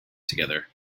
together